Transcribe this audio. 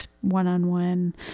one-on-one